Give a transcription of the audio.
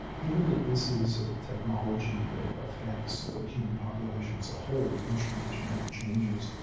given that this is a technology that affects the human population as a whole, once you make genetic changes,